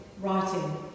writing